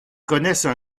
connaissent